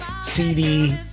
CD